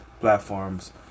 platforms